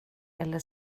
eller